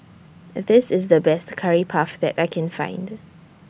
This IS The Best Curry Puff that I Can Find